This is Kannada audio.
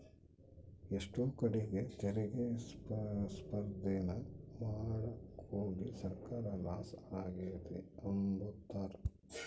ಎಷ್ಟೋ ಕಡೀಗ್ ತೆರಿಗೆ ಸ್ಪರ್ದೇನ ಮಾಡಾಕೋಗಿ ಸರ್ಕಾರ ಲಾಸ ಆಗೆತೆ ಅಂಬ್ತಾರ